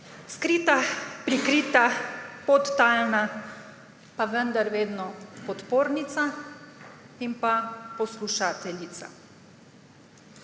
Skrita, prikrita, podtalna, pa vendar vedno podpornica in pa poslušateljica.